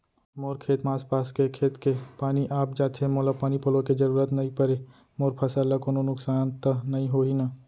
मोर खेत म आसपास के खेत के पानी आप जाथे, मोला पानी पलोय के जरूरत नई परे, मोर फसल ल कोनो नुकसान त नई होही न?